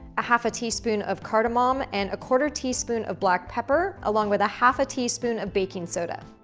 a half a teaspoon of cardamom and a quarter teaspoon of black pepper, along with a half a teaspoon of baking soda.